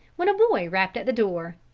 when a boy rapped at the door.